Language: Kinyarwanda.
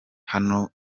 hano